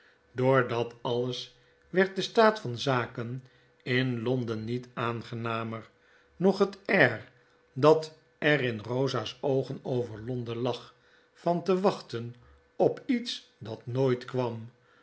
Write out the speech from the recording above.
door dat alles werd de staat van zaken in londen niet aangenamer noch het air dat er in rosa's oogen over londen lag van te wachten op iets dat nooit kwam